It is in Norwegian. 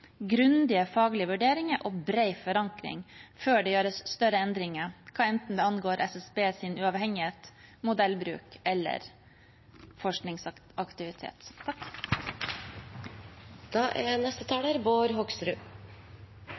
grundige faglige vurderinger og bred forankring før det gjøres større endringer, enten det angår SSBs uavhengighet, modellbruk eller forskningsaktivitet. Det er